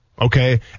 Okay